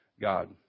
God